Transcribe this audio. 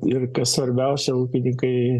ir kas svarbiausia ūkininkai